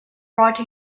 write